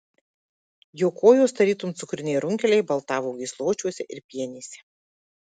jo kojos tarytum cukriniai runkeliai baltavo gysločiuose ir pienėse